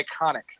iconic